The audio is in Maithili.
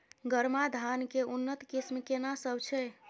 गरमा धान के उन्नत किस्म केना सब छै?